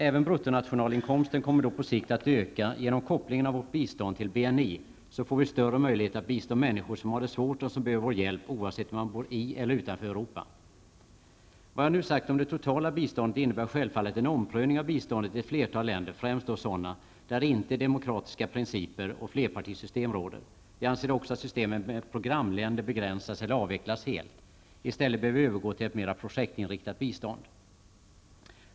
Även bruttonationalinkomsten kommer då på sikt att öka, och genom kopplingen av biståndet till BNI får vi större möjligheter att bistå människor som har det svårt och som behöver vår hjälp oavsett om de bor i eller utanför Europa. Vad jag nu har sagt om det totala biståndet innebär självfallet en omprövning av biståndet till ett flertal länder, främst då sådana som inte är demokratiska och som inte har flerpartisystem. Jag anser också att systemet med programländer skall begränsas eller avvecklas helt. I stället bör vi övergå till ett mera projektinriktat bistånd.